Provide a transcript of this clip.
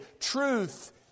Truth